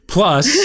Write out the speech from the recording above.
Plus